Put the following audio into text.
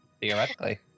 theoretically